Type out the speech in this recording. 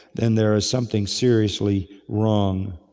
then there is something seriously wrong.